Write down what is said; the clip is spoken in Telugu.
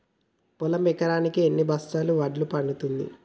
పొలం ఎకరాకి ఎన్ని బస్తాల వడ్లు పండుతుంది?